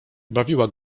bawiła